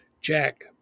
Jack